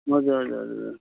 हजुर हजुर हजुर हजुर